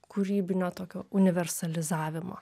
kūrybinio tokio universalizavimo